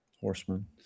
horsemen